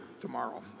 tomorrow